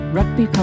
Rugby